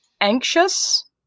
anxious